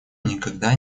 никогда